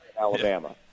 Alabama